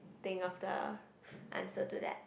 think of the answer to that